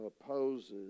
opposes